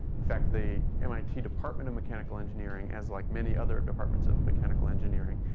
in fact, the mit department of mechanical engineering, as like many other departments of mechanical engineering,